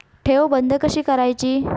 ठेव बंद कशी करायची?